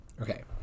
Okay